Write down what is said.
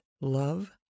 love